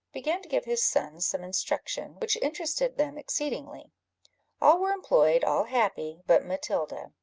began to give his sons some instruction, which interested them exceedingly all were employed, all happy, but matilda,